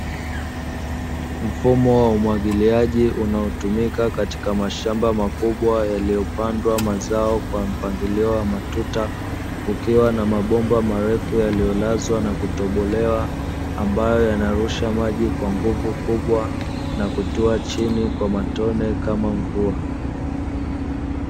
Mfumo wa umwagiliaji unaotumika katika mashamba makubwa yaliyopandwa mazao kwa mpangilio wa matuta, kukiwa na mabomba marefu yaliyolazwa na kutobolewa, ambayo yanarusha maji kwa nguvu kubwa na kutua chini kwa matone kama mvua.